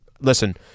Listen